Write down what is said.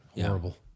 Horrible